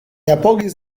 apogis